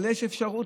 אבל יש אפשרות.